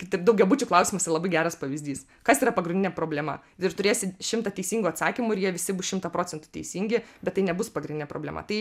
kaip taip daugiabučių klausimas yra labai geras pavyzdys kas yra pagrindinė problema ir turėsi šimtą teisingų atsakymų ir jie visi bus šimtą procentų teisingi bet tai nebus pagrindinė problema tai